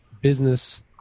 business